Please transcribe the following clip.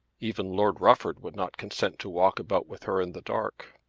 even lord rufford would not consent to walk about with her in the dark.